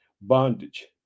bondage